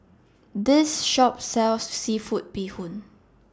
This Shop sells Seafood Bee Hoon